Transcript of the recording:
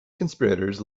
conspirators